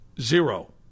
Zero